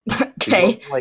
Okay